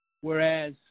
whereas